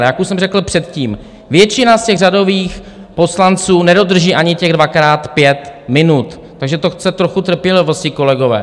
Jak už jsem řekl předtím, většina řadových poslanců nedodrží ani těch dvakrát pět minut, takže to chce trochu trpělivosti, kolegové.